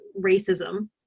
racism